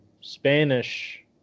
Spanish